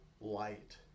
light